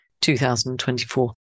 2024